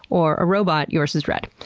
or a robot, yours is red.